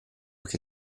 che